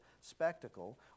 spectacle